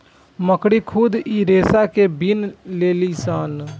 मकड़ी खुद इ रेसा के बिन लेलीसन